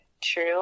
true